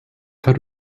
cut